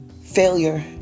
failure